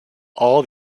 all